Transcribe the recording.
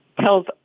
tells